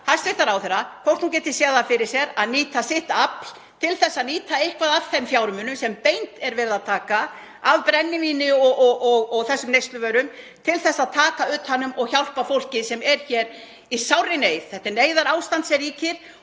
hæstv. ráðherra hvort hún geti séð það fyrir sér að nýta sitt afl til að nýta eitthvað af þeim fjármunum sem beint er verið að taka af brennivíni og þessum neysluvörum til að taka utan um og hjálpa fólki sem er í sárri neyð. Þetta er neyðarástand sem ríkir.